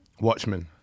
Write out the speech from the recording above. Watchmen